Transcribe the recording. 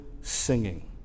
singing